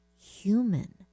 human